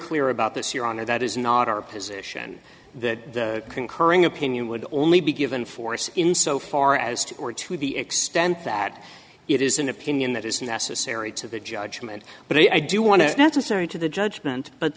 clear about this your honor that is not our position that concurring opinion would only be given force in so far as to or to be extent that it is an opinion that is necessary to the judgment but i do want to necessary to the judgment but